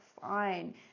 fine